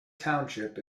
township